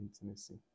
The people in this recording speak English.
intimacy